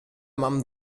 mam